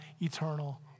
eternal